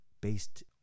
based